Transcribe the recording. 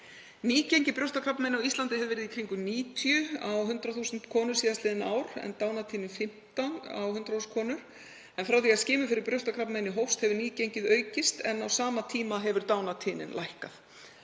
Nýgengi brjóstakrabbameina á Íslandi hefur verið í kringum 90 á 100.000 konur síðastliðin ár en dánartíðni 15 á hverjar 100.000 konur. Frá því að skimun fyrir brjóstakrabbameini hófst hefur nýgengið aukist en á sama tíma hefur dánartíðnin lækkað.